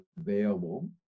available